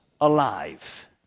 alive